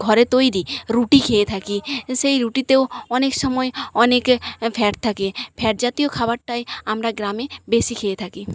ঘরে তৈরী রুটি খেয়ে থাকি সেই রুটিতেও অনেক সময় অনেকে ফ্যাট থাকে ফ্যাট জাতীয় খাবারটাই আমরা গ্রামে বেশি খেয়ে থাকি